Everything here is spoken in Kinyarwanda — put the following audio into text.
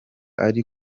ari